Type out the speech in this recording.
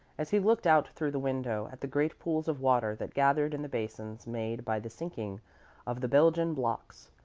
as he looked out through the window at the great pools of water that gathered in the basins made by the sinking of the belgian blocks.